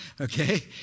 okay